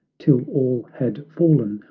till all had fallen,